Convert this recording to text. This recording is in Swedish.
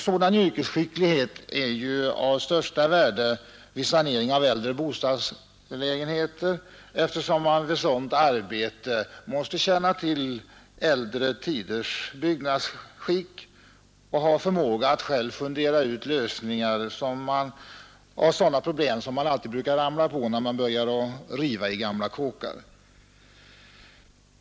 Sådan yrkesskicklighet är av största värde vid sanering av äldre bostadslägenheter, eftersom man vid detta arbete måste känna till äldre tiders byggnadsskick och ha förmåga att själv fundera ut lösningar av sådana problem som man alltid brukar stöta på när man börjar riva i gamla kåkar.